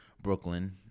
Brooklyn